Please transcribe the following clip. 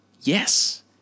Yes